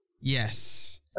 Yes